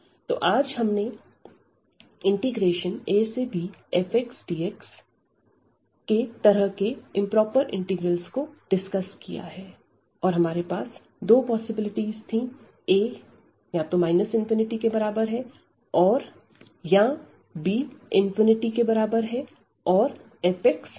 तो आज हमने abfxdx के तरह के इंप्रोपर इंटीग्रल्स को डिस्कस किया और हमारे पास दो पॉसिबिलिटीज थी a ∞ और या b∞ और fx बाउंडेड है